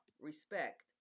respect